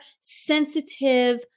sensitive